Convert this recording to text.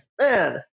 man